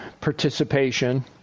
participation